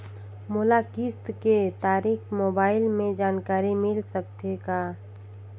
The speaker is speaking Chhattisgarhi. मोला किस्त के तारिक मोबाइल मे जानकारी मिल सकथे का?